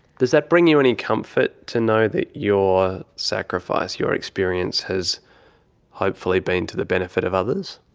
does that bring you any comfort to know that your sacrifice, your experience has hopefully been to the benefit of others?